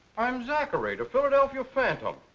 i'm zachary, the philadelphia phantom.